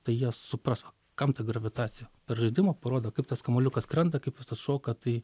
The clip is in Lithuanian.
tai jie supras kam ta gravitacija per žaidimą parodo kaip tas kamuoliukas krenta kaip jis atšoka tai